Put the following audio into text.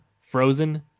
frozen